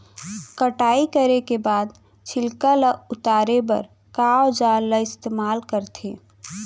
कटाई करे के बाद छिलका ल उतारे बर का औजार ल इस्तेमाल करथे?